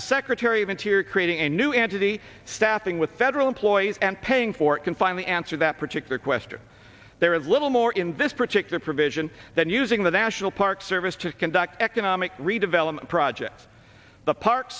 a secretary of interior creating a new entity staffing with federal employees and paying for it can find the answer that particular question there is little more in this particular provision than using the national park service to conduct economic redevelopment project the park